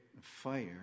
fire